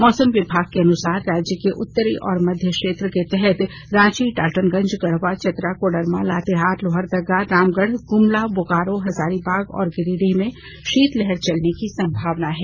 मौसम विभाग के अनुसार राज्य के उत्तरी और मध्य क्षेत्र के तहत रांची डाल्टनगंज गढ़वा चतरा कोडरमा लातेहार लोहरदगा रामगढ़ गुमला बोकारो हजारीबाग और गिरिडीह में शाीत लहर चलने की संभावना है